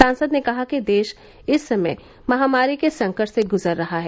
सांसद ने कहा कि देश इस समय महामारी के संकट से ग्जर रहा है